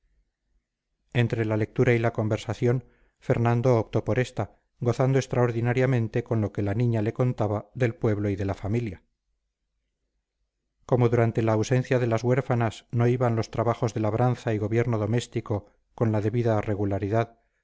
entre la lectura y la conversación fernando optó por esta gozando extraordinariamente con lo que la niña le contaba del pueblo y de la familia como durante la ausencia de las huérfanas no iban los trabajos de labranza y gobierno doméstico con la debida regularidad y estaban las